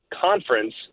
conference